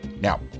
Now